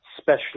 special